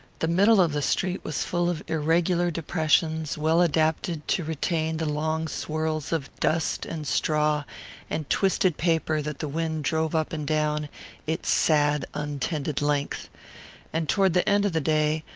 the middle of the street was full of irregular depressions, well adapted to retain the long swirls of dust and straw and twisted paper that the wind drove up and down its sad untended length and toward the end of the day,